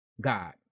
God